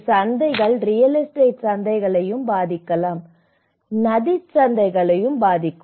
இது சந்தைகள் real estate சந்தைகளையும் பாதிக்கலாம் இது நிதிச் சந்தைகளையும் பாதிக்கும்